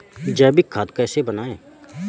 जैविक खाद कैसे बनाएँ?